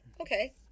okay